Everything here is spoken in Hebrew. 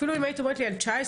אפילו אם היית אומרת לי על 2019,